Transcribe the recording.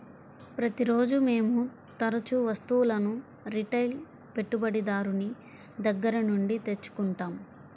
ప్రతిరోజూ మేము తరుచూ వస్తువులను రిటైల్ పెట్టుబడిదారుని దగ్గర నుండి తెచ్చుకుంటాం